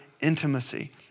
intimacy